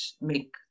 make